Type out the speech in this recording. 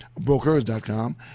Brokers.com